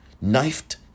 knifed